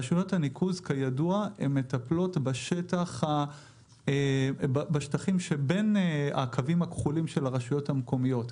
רשויות הניקוז מטפלות בשטחים שבין הקווים הכחולים של הרשויות המקומיות.